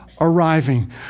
arriving